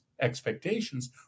expectations